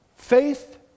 Faith